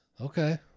okay